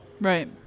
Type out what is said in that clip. Right